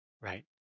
right